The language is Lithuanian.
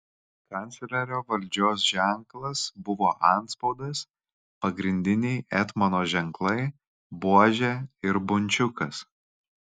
kanclerio valdžios ženklas buvo antspaudas pagrindiniai etmono ženklai buožė ir bunčiukas